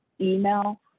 email